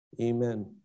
amen